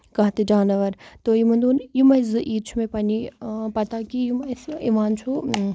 کانٛہہ تہِ جانور تہٕ یِمن دۄہن یِمے زٕ عیٖدٕ چھِ مےٚ پَنٕنہِ پتہ کہِ یِم اَسہِ یِوان چھُ